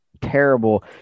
terrible